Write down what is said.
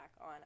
on